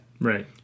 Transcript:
Right